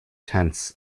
tents